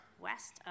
west